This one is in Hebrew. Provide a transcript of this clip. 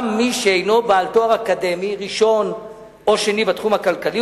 מי שאינו בעל תואר אקדמי ראשון או שני בתחום הכלכלי,